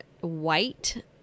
white